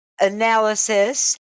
analysis